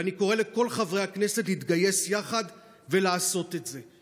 ואני קורא לכל חברי הכנסת להתגייס יחד ולעשות את זה.